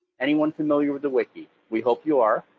anyone familiar with the wiki? we hope you are,